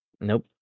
Nope